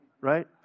Right